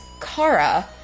Kara